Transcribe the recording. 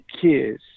kids